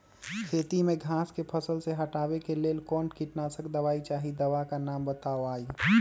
खेत में घास के फसल से हटावे के लेल कौन किटनाशक दवाई चाहि दवा का नाम बताआई?